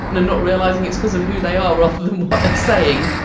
not realizing it's because of who they are rather than what they're saying,